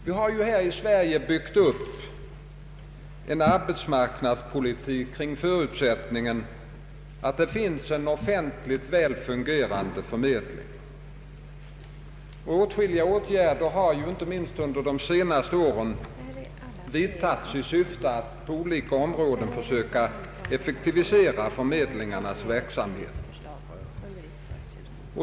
Vi har här i Sverige byggt upp en arbetsmarknadspolitik kring förutsättningen att det finns en väl fungerande offentlig förmedling. Åtskilliga åtgärder har, inte minst under de senaste åren, vidtagits i syfte att på olika områden söka effektivisera förmedlingarnas verksamhet.